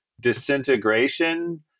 Disintegration